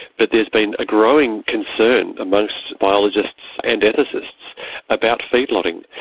but there's been a growing concern amongst biologists and ethicists about feedlotting.